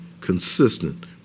consistent